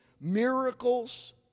Miracles